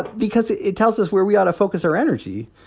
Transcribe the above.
because it it tells us where we ought to focus our energy,